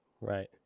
Right